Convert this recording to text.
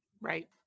Right